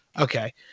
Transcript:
Okay